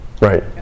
right